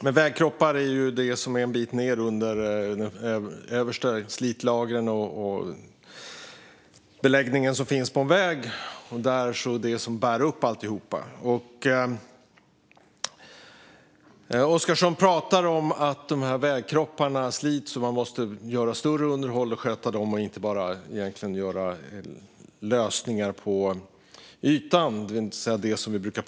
Men vägkroppar är det som är en bit ned under de översta slitlagren och beläggningen på en väg. Det är det som bär upp vägen. Magnus Oscarsson pratar om att dessa vägkroppar slits, att man måste gör ett större underhåll, sköta dem och inte bara göra underhåll på ytan och laga hålen i gatan.